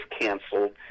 canceled